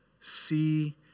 see